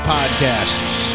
Podcasts